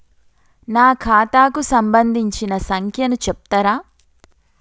నా ఖాతా కు సంబంధించిన సంఖ్య ను చెప్తరా?